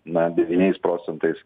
na devyniais procentais